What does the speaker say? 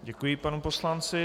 Děkuji panu poslanci.